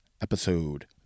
episode